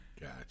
Gotcha